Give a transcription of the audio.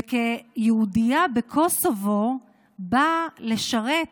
וכיהודייה בקוסובו באה לשרת